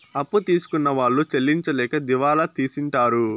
అప్పు తీసుకున్న వాళ్ళు చెల్లించలేక దివాళా తీసింటారు